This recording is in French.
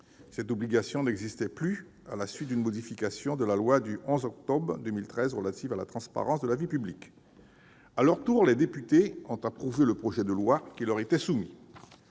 Cette obligation n'existait plus à la suite d'une modification de la loi du 11 octobre 2013 relative à la transparence de la vie publique. À leur tour, les députés ont adopté le projet de loi qui leur était soumis.